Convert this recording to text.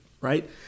right